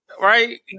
Right